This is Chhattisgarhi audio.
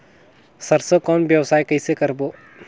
सरसो कौन व्यवसाय कइसे करबो?